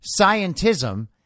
scientism